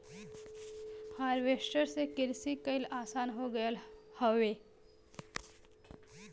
harvester से किरसी कईल आसान हो गयल हौवे